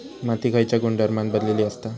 माती खयच्या गुणधर्मान बनलेली असता?